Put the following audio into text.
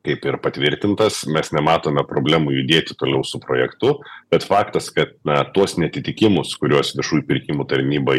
kaip ir patvirtintas mes nematome problemų judėti toliau su projektu bet faktas kad na tuos neatitikimus kuriuos viešųjų pirkimų tarnyba